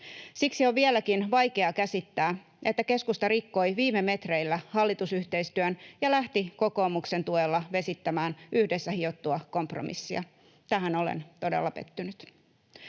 Siksi on vieläkin vaikea käsittää, että keskusta rikkoi viime metreillä hallitusyhteistyön ja lähti kokoomuksen tuella vesittämään yhdessä hiottua kompromissia — tähän olen todella pettynyt.